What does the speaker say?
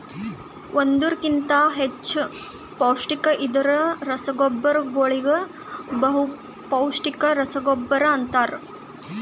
ಒಂದುರ್ ಕಿಂತಾ ಹೆಚ್ಚ ಪೌಷ್ಟಿಕ ಇರದ್ ರಸಗೊಬ್ಬರಗೋಳಿಗ ಬಹುಪೌಸ್ಟಿಕ ರಸಗೊಬ್ಬರ ಅಂತಾರ್